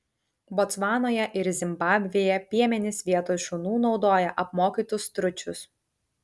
botsvanoje ir zimbabvėje piemenys vietoj šunų naudoja apmokytus stručius